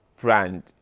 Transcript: brand